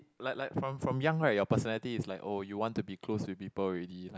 like like from from young right your personality is like oh you want to be close with people already